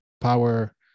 power